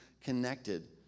connected